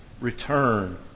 Return